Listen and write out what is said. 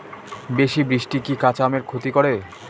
বেশি বৃষ্টি কি কাঁচা আমের ক্ষতি করে?